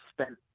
spent